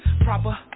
Proper